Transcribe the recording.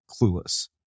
clueless